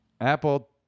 Apple